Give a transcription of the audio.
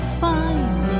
fine